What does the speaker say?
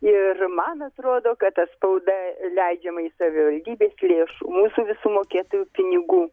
ir man atrodo kad ta spauda leidžiama iš savivaldybės lėšų mūsų visų mokėtojų pinigų